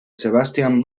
sebastian